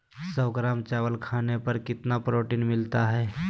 सौ ग्राम चावल खाने पर कितना प्रोटीन मिलना हैय?